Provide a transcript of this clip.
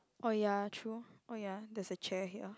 oh ya true oh ya there's a chair here